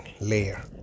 layer